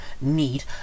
need